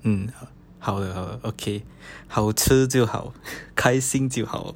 mm 好的好的 okay 好吃就好开心就好了